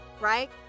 right